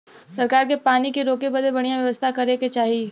सरकार के पानी के रोके बदे बढ़िया व्यवस्था करे के चाही